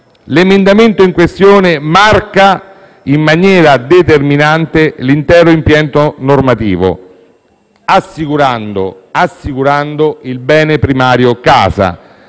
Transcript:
L'emendamento in questione marca in maniera determinante l'intero impianto normativo, assicurando il bene primario «casa»